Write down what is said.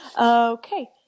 Okay